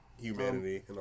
humanity